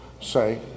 Say